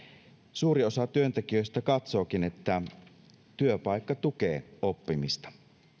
suuri osa työntekijöistä katsookin että työpaikka tukee oppimista